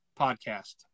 podcast